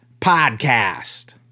podcast